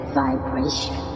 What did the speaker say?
vibration